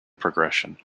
progression